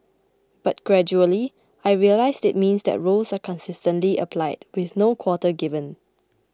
but gradually I realised it means that rules are consistently applied with no quarter given